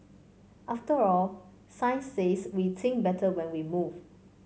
after all science says we think better when we move